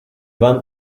van